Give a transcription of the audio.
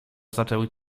zaczęły